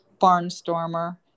Barnstormer